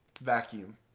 Vacuum